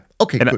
Okay